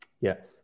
Yes